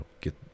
get